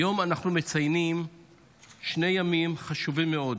היום אנחנו מציינים שני ימים חשובים מאוד,